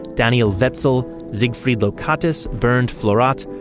daniel wetzel, siegfried lokatis, bernd florath,